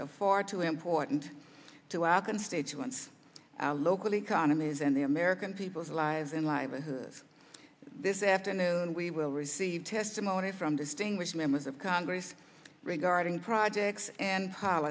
are far too important to our constituents our local economies and the american people's lives and livelihoods this afternoon we will receive testimony from distinguished members of congress regarding projects and ho